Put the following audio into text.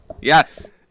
Yes